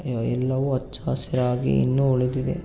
ಎಲ್ಲವೂ ಹಚ್ಚ ಹಸಿರಾಗಿ ಇನ್ನೂ ಉಳಿದಿದೆ